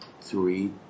three